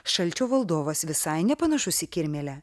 šalčio valdovas visai nepanašus į kirmėlę